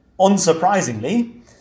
unsurprisingly